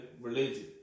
religion